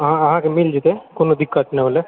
हँ अहाँके मिल जेतय कोनो दिक्कत नहि होलय